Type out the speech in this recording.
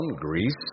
Greece